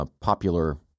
popular